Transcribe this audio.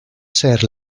ser